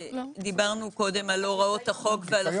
דיברנו קודם על הוראות החוק ועל החיסיון